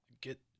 get